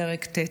פרק ט':